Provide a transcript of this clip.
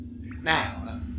Now